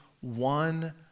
one